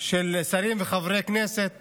של שרים וחברי כנסת